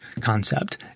concept